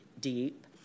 deep